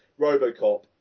robocop